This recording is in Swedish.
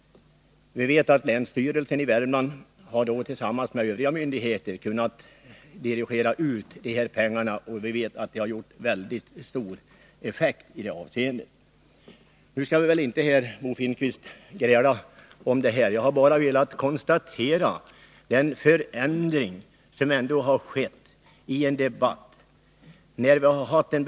Vi vet att länsstyrelsen i Värmland tillsammans med övriga myndigheter har kunnat fördela de pengar man fått genom länsstödet så att de givit mycket stor effekt. Men Bo Finnkvist och jag skall inte gräla om detta. Jag har bara velat säga att jag konstaterar att det ändå har skett en förändring i den debatt som förs från socialdemokratiskt håll.